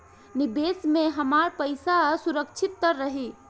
निवेश में हमार पईसा सुरक्षित त रही?